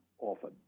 Often